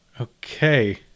okay